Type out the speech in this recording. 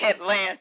Atlanta